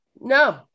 No